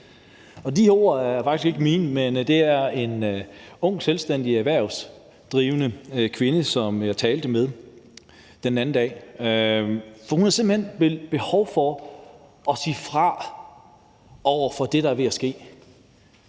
De ord er faktisk ikke mine, men kommer fra en ung selvstændigt erhvervsdrivende kvinde, som jeg talte med den anden dag. For hun havde simpelt hen behov for at sige fra over for det, der er ved at ske.